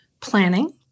planning